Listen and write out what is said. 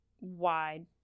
wide